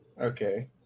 Okay